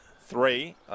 three